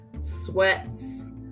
sweats